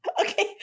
Okay